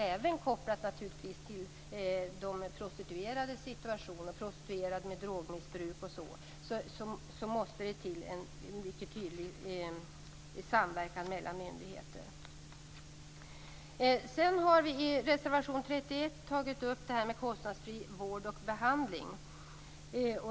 Även kopplat till de prostituerades situation och till prostituerade med drogmissbruk måste det till en mycket tydlig samverkan mellan myndigheter. I reservation nr 31 tar vi upp detta med kostnadsfri vård och behandling.